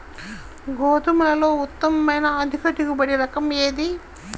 గోధుమలలో ఉత్తమమైన అధిక దిగుబడి రకం ఏది?